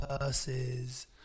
purses